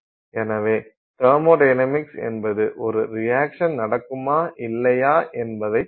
எனவே தெர்மொடைனமிக்ஸ் என்பது ஒரு ரியாக்சன் நடக்குமா இல்லையா என்பதை நமக்குத் தெரிவிக்கிறது